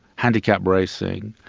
handicapped racing,